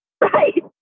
right